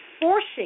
forcing